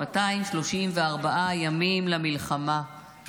234 ימים למלחמה,